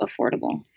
affordable